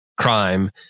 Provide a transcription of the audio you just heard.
crime